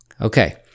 Okay